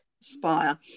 spire